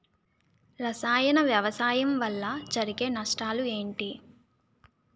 రసాయన వ్యవసాయం వల్ల జరిగే నష్టాలు ఏంటి?